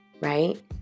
right